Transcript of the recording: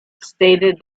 stated